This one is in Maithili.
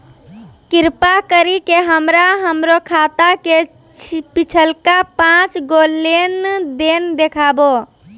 कृपा करि के हमरा हमरो खाता के पिछलका पांच गो लेन देन देखाबो